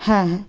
হ্যাঁ হ্যাঁ